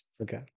Okay